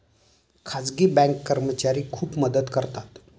खाजगी बँक कर्मचारी खूप मदत करतात